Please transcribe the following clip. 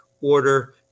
order